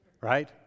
Right